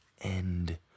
end